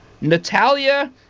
Natalia